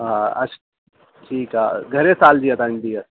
हा अच ठीकु आहे घणे साल जी आहे तव्हांजी धीअ